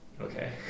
Okay